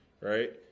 right